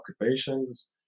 occupations